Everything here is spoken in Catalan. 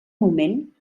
moment